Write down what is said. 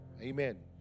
Amen